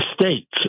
States